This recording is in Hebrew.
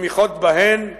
ותמיכות בהן כחולשה,